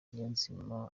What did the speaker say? niyonzima